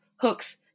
hooks